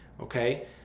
okay